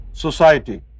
Society